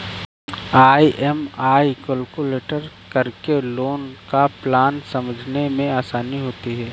EMI calculate करके loan का plan समझने में आसानी होती है